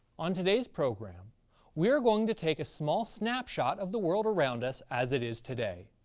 on today's program we are going to take a small snapshot of the world around us as it is today,